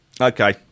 Okay